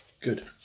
Good